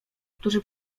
którzy